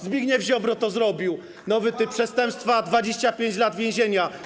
Zbigniew Ziobro to zrobił: nowy typ przestępstwa, 25 lat więzienia.